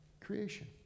creation